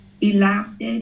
elapsed